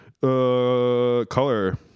Color